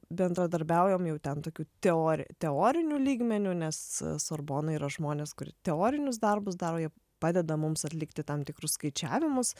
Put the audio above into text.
bendradarbiaujam jau ten tokių teori teoriniu lygmeniu nes sorbonoj yra žmonės kur teorinius darbus daro jie padeda mums atlikti tam tikrus skaičiavimus